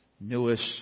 newest